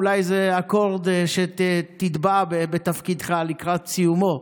אולי זה אקורד שתטבע בתפקידך לקראת סיומו.